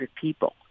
people